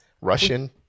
Russian